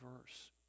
verse